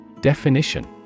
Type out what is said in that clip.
Definition